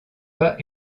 pas